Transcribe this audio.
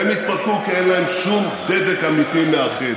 והם התפרקו כי אין להם שום דבק אמיתי מאחד.